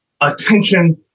attention